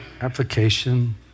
Application